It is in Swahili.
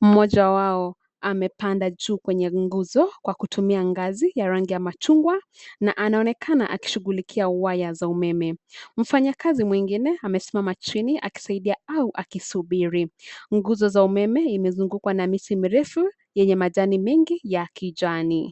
Mmoja wao amepanda juu kwenye nguzo kwa kutumia ngazi ya rangi ya machungwa na anaonekana akishughulikia waya za umeme. Mfanyakazi mwingine amesimama chini akisaidia au akisubiri. Nguzo za umeme imezungukwa na miti mirefu, yenye majani mengi ya kijani.